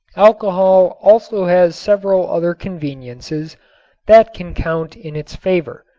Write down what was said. alcohol also has several other conveniences that can count in its favor.